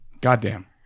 Goddamn